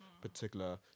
particular